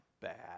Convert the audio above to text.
bad